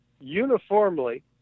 uniformly